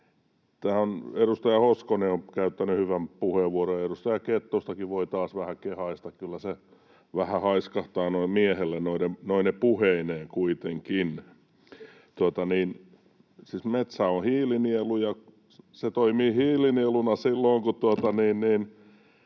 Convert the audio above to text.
Edustaja Hoskonen on käyttänyt hyvän puheenvuoron, ja edustaja Kettustakin voi taas vähän kehaista — kyllä hän vähän haiskahtaa miehelle noine puheineen kuitenkin. Metsä on hiilinielu, ja se toimii hiilinieluna myös silloin, kun